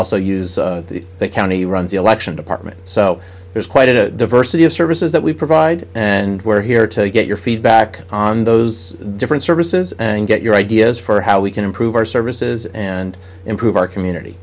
use the county runs the election department so there's quite a diversity of services that we provide and we're here to get your feedback on those different services and get your ideas for how we can improve our services and improve our community